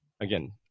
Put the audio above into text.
again